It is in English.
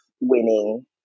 winning